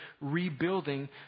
rebuilding